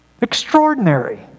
Extraordinary